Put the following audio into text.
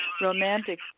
romantic